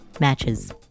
matches